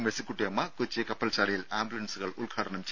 മേഴ്സിക്കുട്ടിയമ്മ കൊച്ചി കപ്പൽശാലയിൽ ആംബുലൻസുകൾ ഉദ്ഘാടനം ചെയ്യും